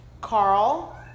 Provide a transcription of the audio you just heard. Carl